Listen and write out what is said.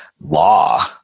law